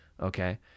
Okay